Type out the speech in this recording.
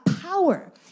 power